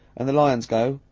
and the lions go,